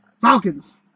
Falcons